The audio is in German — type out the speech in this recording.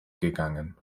gegangen